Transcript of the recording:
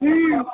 ह्